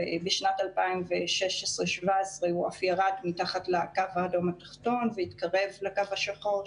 בשנים 2017-2106 הוא אף ירד מתחת לקו האדום התחתון והתקרב לקו השחור,